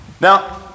Now